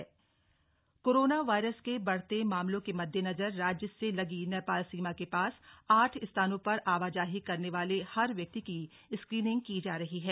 screening coronavirus के बढ़ते मामलों के मददेनजर राज्य से लगी नेपाल सीमा के पास आठ स्थानों पर आवाजाही करने वाले हर व्यक्ति की स्क्रीनिंग की जा रही है